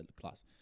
class